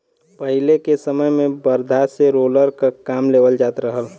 पहिले के समय में बरधा से रोलर क काम लेवल जात रहल